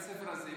אל בית הספר הזה,